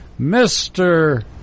Mr